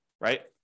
right